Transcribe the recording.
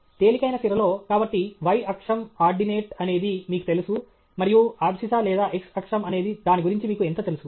తేలికైన సిరలో కాబట్టి y అక్షం ఆర్డినేట్ అనేది మీకు తెలుసు మరియు అబ్సిస్సా లేదా x అక్షం అనేది దాని గురించి మీకు ఎంత తెలుసు